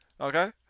okay